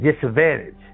disadvantage